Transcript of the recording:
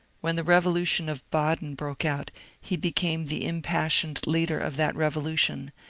when the revolution of baden broke out he became the impassioned leader of that revolution,